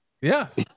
yes